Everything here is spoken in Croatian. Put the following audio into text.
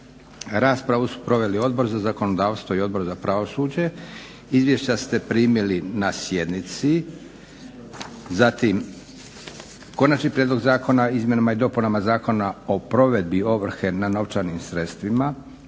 Raspravu su proveli Odbor za zakonodavstvo i Odbor za pravosuđe. Izvješća ste primili na sjednici. Zatim Konačni prijedlog zakona o izmjenama i dopunama Zakona o provedbi ovrhe na novčanim sredstvima,